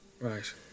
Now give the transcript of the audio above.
right